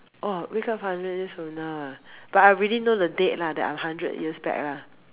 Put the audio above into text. !woah! wake up hundred years from now ah but I already know the date lah that I'm hundred years back lah